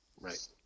Right